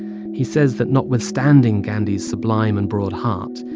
he says that notwithstanding gandhi's sublime and broad heart,